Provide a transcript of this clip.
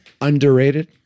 underrated